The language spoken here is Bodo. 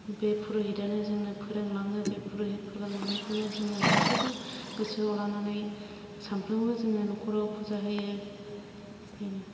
बे पुरुहितानो जोंनो फोरोंलाङो बे पुरुहित फोरोंलांनायखौनो जोङो गासैबो गोसोआव लानानै सानफ्रामबो जोङो नखराव फुजा होयो बेनो